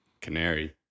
Canary